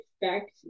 expect